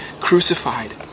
crucified